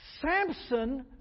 Samson